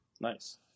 Nice